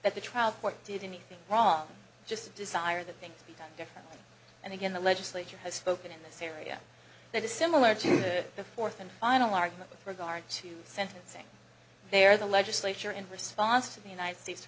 that the trial court did anything wrong just a desire that things be done differently and again the legislature has spoken in this area that is similar to the fourth and final argument with regard to sentencing there the legislature in response to the united states